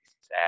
sad